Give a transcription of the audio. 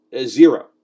zero